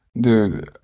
Dude